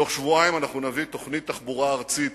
בתוך שבועיים אנחנו נביא תוכנית תחבורה ארצית.